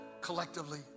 collectively